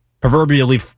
proverbially